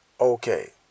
Okay